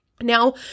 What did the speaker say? Now